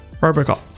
Robocop